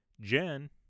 Jen